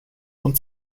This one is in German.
und